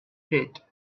pit